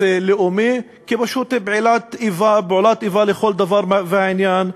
לאומי כפשוט פעולת איבה לכל דבר ועניין,